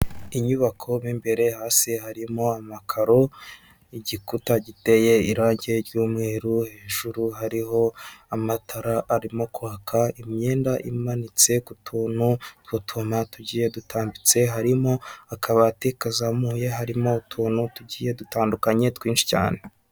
Inyubako mo imbere hasi harimo amakaro, igikuta giteye irange ry'umweru hejuru hariho amatara arimo kwaka, imyenda imanitse ku tuntu tw'utwuma tugiye dutambitse harimo akabati kazamuye, harimo utuntu tugiye dutandukanye twinshi cyane.